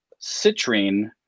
citrine